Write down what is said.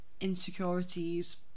insecurities